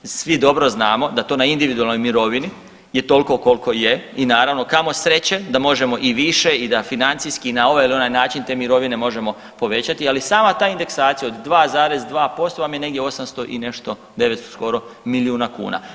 Svi dobro znamo da to na individualnoj mirovini je tolko kolko je i naravno kamo sreće da možemo i više i da financijski i na ovaj ili onaj način te mirovine možemo povećati, ali sama ta indeksacija od 2,2% vam je negdje 800 i nešto, 900 skoro milijuna kuna.